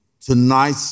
tonight